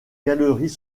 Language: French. galeries